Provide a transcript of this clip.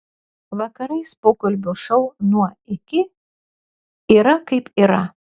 vakarais pokalbių šou nuo iki yra kaip yra